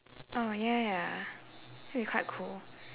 oh ya ya that'll be quite cool